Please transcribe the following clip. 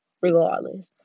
regardless